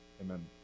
Amen